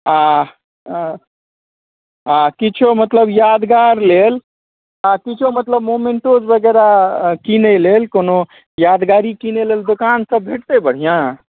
आ किछो मतलब यादगार लेल आ किछो मतलब मोमेन्टोज वगैरह किनै लेल कोनो यादगारीके लेल कोनो दोकान सब भेटतै बढ़िआँ